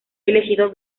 elegido